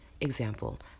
Example